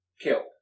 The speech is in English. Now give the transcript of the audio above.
killed